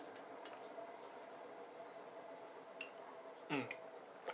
mm